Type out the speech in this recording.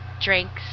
drinks